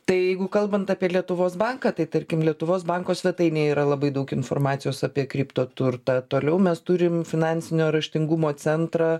tai jeigu kalbant apie lietuvos banką tai tarkim lietuvos banko svetainėj yra labai daug informacijos apie kriptoturtą toliau mes turime finansinio raštingumo centrą